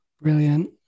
Brilliant